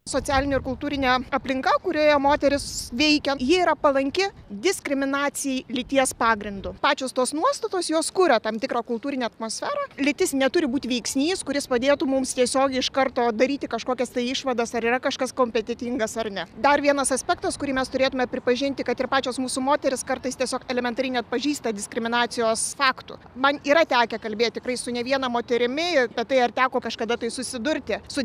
socialinių ir kultūrinė aplinka kurioje moterys veikia ji yra palanki diskriminacijai lyties pagrindu pačios tos nuostatos jos kuria tam tikrą kultūrinę atmosferą lytis neturi būti veiksnys kuris padėtų mums tiesiogiai iš karto daryti kažkokias išvadas ar yra kažkas kompetentingas ar ne dar vienas aspektas kurį mes turėtumėme pripažinti kad ir pačios mūsų moterys kartais tiesiog elementari neatpažįsta diskriminacijos faktų man yra tekę kalbėti tikrai su ne viena moterimi kad tai ar teko kažkada tai susidurti su